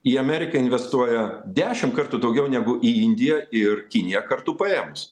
į ameriką investuoja dešim kartų daugiau negu indija ir kinija kartu paėmus